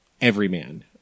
everyman